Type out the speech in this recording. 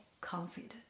confident